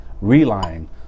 relying